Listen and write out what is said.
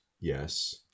Yes